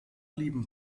blieben